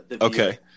okay